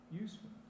Useful